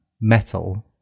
metal